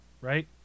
right